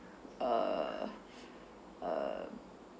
uh uh